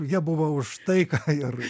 jie buvo už taiką ir